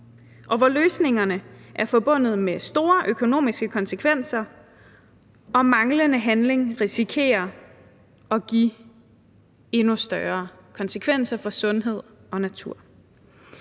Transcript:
og hvor løsningerne er forbundet med store økonomiske konsekvenser. Og manglende handling risikerer at give endnu større konsekvenser for sundhed og natur.